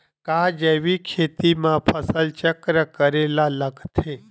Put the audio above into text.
का जैविक खेती म फसल चक्र करे ल लगथे?